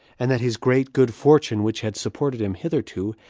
and that his great good fortune, which had supported him hitherto,